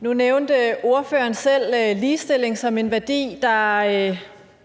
Nu nævnte ordføreren selv ligestilling som en værdi,